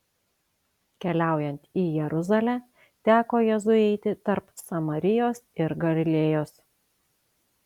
keliaujant į jeruzalę teko jėzui eiti tarp samarijos ir galilėjos